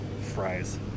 fries